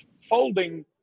folding